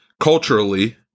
culturally